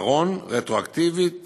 האחרון רטרואקטיבית